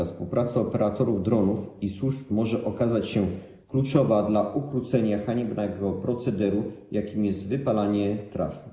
Współpraca operatorów dronów i służb może okazać się kluczowa dla ukrócenia haniebnego procederu, jakim jest wypalanie traw.